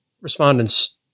respondents